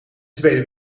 tweede